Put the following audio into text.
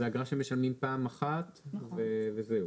זו אגרה שמשלמים פעם אחת וזהו.